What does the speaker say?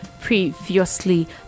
previously